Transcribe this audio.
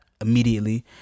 immediately